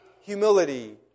humility